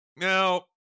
now